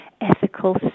ethical